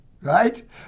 right